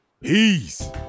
peace